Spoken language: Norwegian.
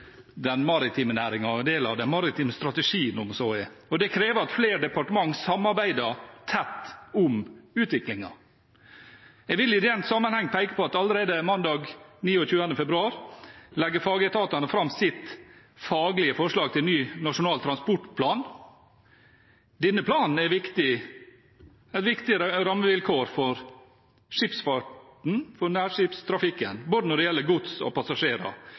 den maritime næringen – en del av den maritime strategien om så er. Det krever at flere departementer samarbeider tett om utviklingen. Jeg vil i den sammenhengen peke på at allerede mandag 29. februar legger fagetatene fram sitt faglige forslag til ny Nasjonal transportplan. I denne planen er det viktige rammevilkår for skipsfarten og nærskipstrafikken når det gjelder både gods og passasjerer.